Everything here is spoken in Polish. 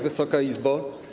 Wysoka Izbo!